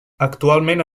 actualment